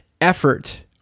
effort